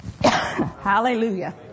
Hallelujah